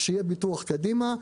שיהיה ביטוח קדימה.